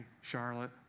Charlotte